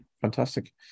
fantastic